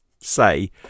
say